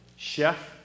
Chef